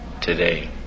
today